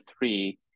three